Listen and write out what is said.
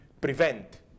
prevent